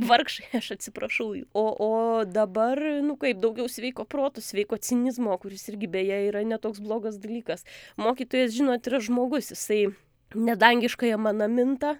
vargšai aš atsiprašau jų o o dabar nu kaip daugiau sveiko proto sveiko cinizmo kuris irgi beje yra ne toks blogas dalykas mokytojas žinot yra žmogus jisai ne dangiškąja mana minta